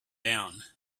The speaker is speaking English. down